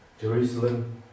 Jerusalem